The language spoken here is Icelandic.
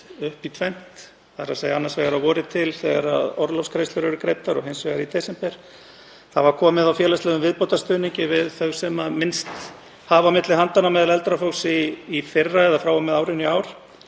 upp í tvennt; annars vegar að vori til þegar orlofsgreiðslur eru greiddar og hins vegar í desember. Það var komið á félagslegum viðbótarstuðningi við þau sem minnst hafa milli handanna meðal eldra fólks í fyrra eða frá og með árinu í ár.